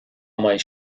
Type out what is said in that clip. mbeidh